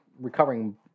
recovering